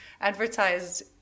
advertised